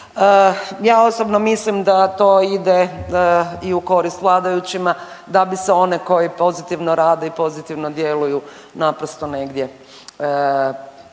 ja osobno mislim da to ide i u korist vladajućima da bi se one koji pozitivno rade i pozitivno djeluju naprosto negdje sakrilo.